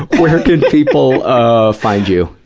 where can people, ah, find you?